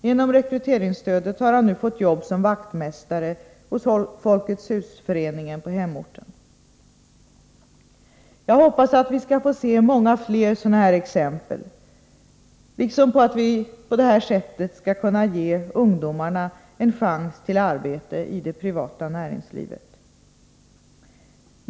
Genom rekryteringsstödet har han nu fått jobb som vaktmästare hos Folkets Hus-föreningen på hemorten. Jag hoppas att vi skall få se många fler sådana exempel, liksom att vi på det här sättet skall kunna ge ungdomarna en chans till arbete i det privata näringslivet.